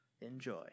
Enjoy